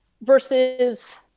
versus